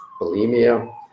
bulimia